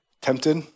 tempted